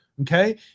Okay